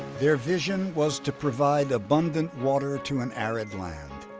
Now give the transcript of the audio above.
their vision was to provide abundant water to an arid land.